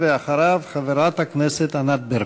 אחריו, חברת הכנסת ענת ברקו.